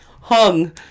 Hung